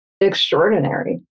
extraordinary